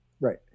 right